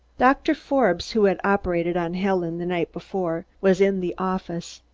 doctor forbes, who had operated on helen the night before, was in the office.